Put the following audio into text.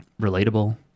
relatable